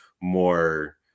more